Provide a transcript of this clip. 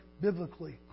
biblically